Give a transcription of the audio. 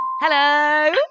hello